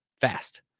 fast